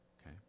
okay